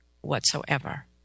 whatsoever